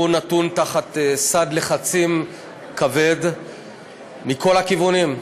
הוא נתון תחת סד לחצים כבד מכל הכיוונים.